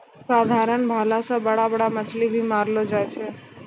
साधारण भाला से बड़ा बड़ा मछली के मारलो जाय छै